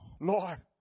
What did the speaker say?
Lord